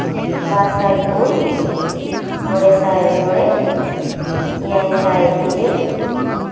ᱵᱟᱨ ᱥᱟᱭ ᱯᱩᱱ ᱢᱚᱬᱮ ᱥᱟᱭ ᱢᱚᱬᱮ ᱮᱭᱟᱭ ᱥᱟᱭ ᱤᱨᱟᱹᱞ